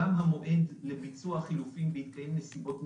גם המועד לביצוע החילופים בהתקיים נסיבות מסוימות,